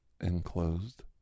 Enclosed